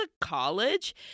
college